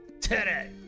Today